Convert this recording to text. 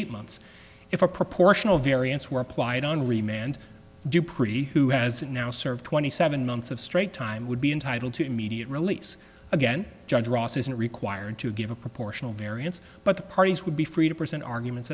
eight months if a proportional variance were applied on remand do pretty who has it now serve twenty seven months of straight time would be entitled to immediate release again judge ross isn't required to give a proportional variance but the parties would be free to present arguments